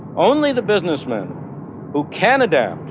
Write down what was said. only the businessmen who can adapt,